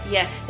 Yes